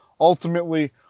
ultimately